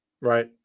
right